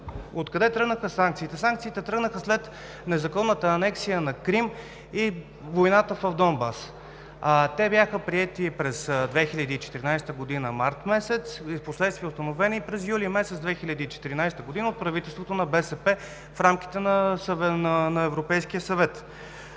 откъде тръгнаха санкциите. Санкциите тръгнаха след незаконната анексия на Крим и войната в Донбас. Те бяха приети през месец март 2014 г., впоследствие установени през месец юли 2014 г. от правителството на БСП в рамките на Европейския съвет.